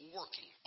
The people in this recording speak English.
working